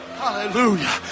Hallelujah